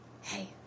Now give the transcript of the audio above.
hey